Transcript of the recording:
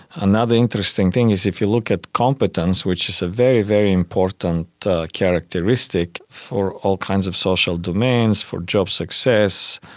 another interesting thing is if you look at competence, which is a very, very important characteristic for all kinds of social demands, for job success,